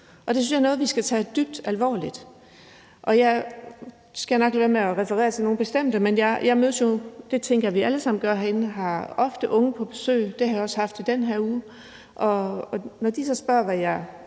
Det synes jeg er noget, vi skal tage dybt alvorligt. Nu skal jeg nok lade være med at referere til nogle bestemte, men jeg mødes jo ofte – og det tænker jeg vi alle sammen herinde gør – med unge og har ofte unge på besøg, og det har jeg også haft i den her uge. Når de så spørger, hvad jeg